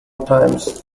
times